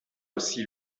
aussi